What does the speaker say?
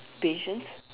patience